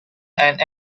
and